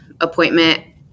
appointment